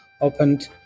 opened